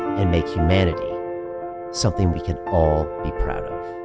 and make humanity something we can all be proud of.